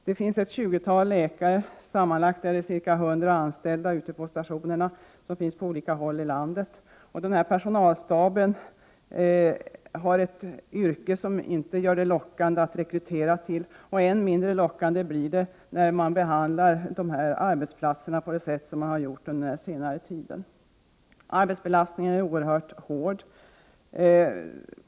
Det finns ett tjugotal läkare. Sammanlagt är ca 100 personer anställda på stationerna på olika håll i landet. Den här personalstaben har ett yrke, som det inte är lockande att rekrytera till. Än mindre lockande blir det när man behandlar dessa arbetsplatser på det sätt som man har gjort under senare tid. Arbetsbelastningen är som sagt oerhört hård.